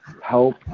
help